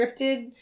scripted